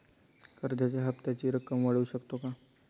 कर्जाच्या हप्त्याची रक्कम वाढवू शकतो का?